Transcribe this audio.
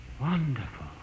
Wonderful